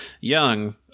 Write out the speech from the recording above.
young